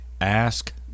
Ask